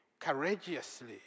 courageously